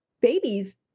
babies